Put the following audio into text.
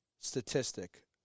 statistic